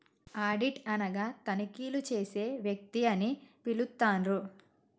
audit అనగా తనిఖీలు చేసే వ్యక్తి అని పిలుత్తండ్రు